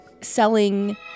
selling